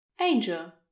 Angel